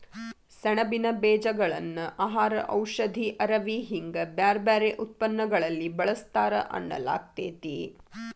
ಸೆಣಬಿನ ಬೇಜಗಳನ್ನ ಆಹಾರ, ಔಷಧಿ, ಅರವಿ ಹಿಂಗ ಬ್ಯಾರ್ಬ್ಯಾರೇ ಉತ್ಪನ್ನಗಳಲ್ಲಿ ಬಳಸ್ತಾರ ಅನ್ನಲಾಗ್ತೇತಿ